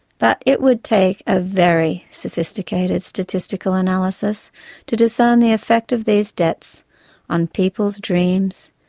but it would take a very sophisticated statistical analysis to discern the effect of these debts on people's dreams,